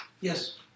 Yes